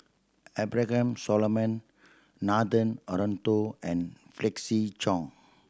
Abraham Solomon Nathan Hartono and Felix Cheong